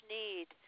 need